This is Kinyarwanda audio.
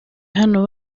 hano